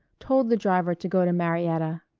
told the driver to go to marietta.